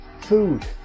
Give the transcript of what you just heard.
Food